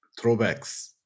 throwbacks